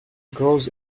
grows